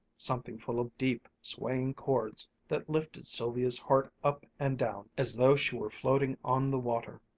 something full of deep, swaying chords that lifted sylvia's heart up and down as though she were floating on the water.